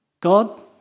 God